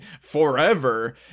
forever